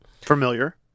Familiar